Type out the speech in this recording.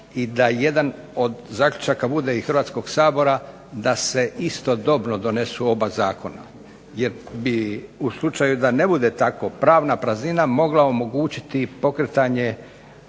i da jedan od zaključaka bude i Hrvatskog sabora da se istodobno donesu oba zakona. Jer bi u slučaju da ne bude tako pravna praznina mogla omogućiti pokretanje